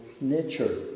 nature